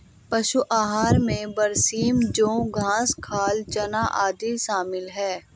पशु आहार में बरसीम जौं घास खाल चना आदि शामिल है